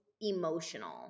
emotional